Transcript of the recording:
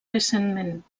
recentment